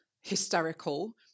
hysterical